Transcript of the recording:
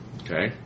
Okay